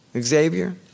Xavier